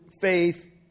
faith